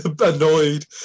annoyed